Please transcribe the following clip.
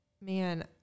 man